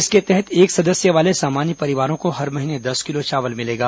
इसके तहत एक सदस्य वाले सामान्य परिवारों को हर महीने दस किलो चावल मिलेगा